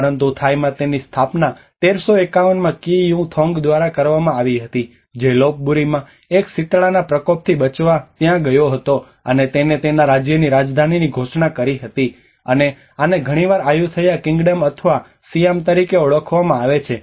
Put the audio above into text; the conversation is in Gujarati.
પરંતુ થાઇમાં તેની સ્થાપના 1351 માં કિંગ યુ થોન્ગ દ્વારા કરવામાં આવી હતી જે લોપ બૂરીમાં એક શીતળાના પ્રકોપથી બચવા ત્યાં ગયો હતો અને તેને તેના રાજ્યની રાજધાનીની ઘોષણા કરી હતી અને આને ઘણીવાર આયુથૈયા કિંગડમ અથવા સિયામ તરીકે ઓળખવામાં આવે છે